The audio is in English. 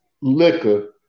liquor